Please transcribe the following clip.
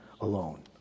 alone